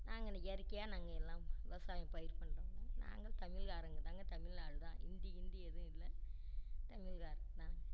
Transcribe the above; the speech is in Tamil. நாங்கள் இன்றைக்கி இயற்கையாக நாங்கள் எல்லாம் விவசாய பயிர் பண்ணுறோங்க நாங்கள் தமிழ்காரங்கதாங்க தமிழ் ஆள்தான் ஹிந்தி ஹிந்தி எதும் இல்லை தமிழ்காரர்தான்